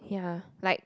ya like